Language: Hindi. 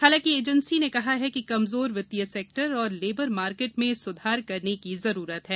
हालांकि एजेंसी ने कहा है कि कमजोर वित्तीय सेक्टर और लेबर मार्केट में सुधार करने की जरूरत है